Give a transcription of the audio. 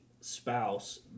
spouse